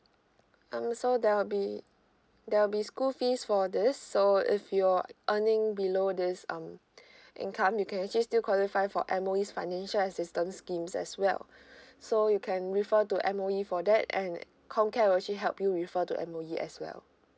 um so there'll be there'll be school fees for this so if you're earning below this um income you can actually still qualify for M_O_E's financial assistance schemes as well so you can refer to M_O_E for that and comcare will actually help you refer to M_O_E as well